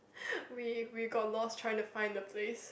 we we got lost trying to find the place